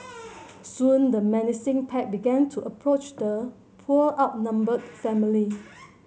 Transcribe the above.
soon the menacing pack began to approach the poor outnumbered family